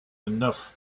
enough